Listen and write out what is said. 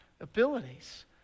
abilities